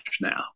now